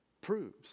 proves